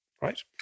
right